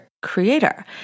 creator